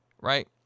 Right